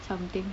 something